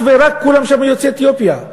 כולם שם אך ורק יוצאי אתיופיה.